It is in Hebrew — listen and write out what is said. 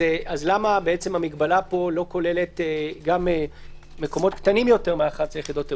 למה המגבלה פה לא כוללת מקומות קטנים יותר בנוסף ל-11 יחידות אירוח?